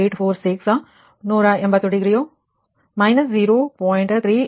3846 180 ಡಿಗ್ರಿಯು −0